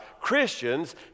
christians